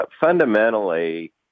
Fundamentally